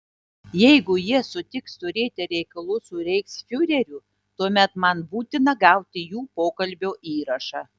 jeigu jie sutiks turėti reikalų su reichsfiureriu tuomet man būtina gauti jų pokalbio įrašą